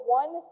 one